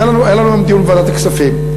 היה לנו היום דיון בוועדת הכספים.